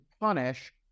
punish